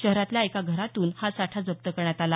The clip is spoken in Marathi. शहरातल्या एका घरातून हा साठा जप्त करण्यात आला